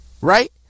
Right